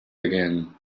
again